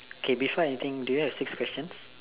okay before anything do you have six questions